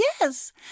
yes